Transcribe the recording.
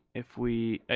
if we,